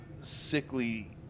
sickly